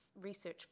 research